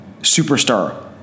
superstar